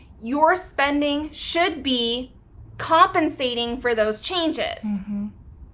your spending should be compensating for those changes.